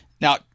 now